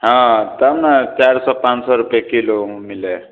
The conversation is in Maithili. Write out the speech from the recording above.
हाँ तब ने चारि सए पाँच सए रुपैये किलो मिलै हय